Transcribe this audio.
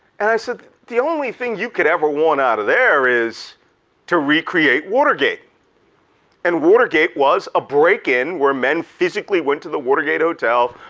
and i said the only thing you could ever want out of there is to recreate watergate and watergate was a break-in where men physically went to the watergate hotel,